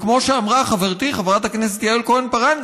כמו שאמרה חברתי חברת הכנסת יעל כהן-פארן,